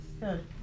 Good